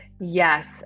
Yes